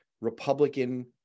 Republican